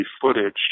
footage